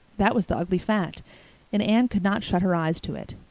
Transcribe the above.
that was the ugly fact and anne could not shut her eyes to it.